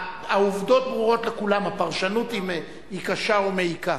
העובדות ברורות לכולם, הפרשנות היא קשה ומעיקה.